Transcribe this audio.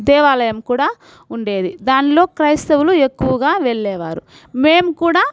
దేవాలయం కూడా ఉండేది దాన్లో క్రైస్తవులు ఎక్కువగా వెళ్లేవారు మేము కూడా